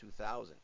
2000